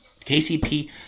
KCP